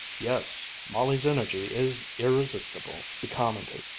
yes, molly's energy is irresistible, he commented,